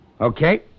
Okay